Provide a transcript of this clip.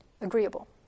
agreeable